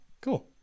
cool